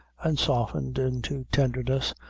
and softened into tenderness,